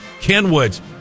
Kenwood's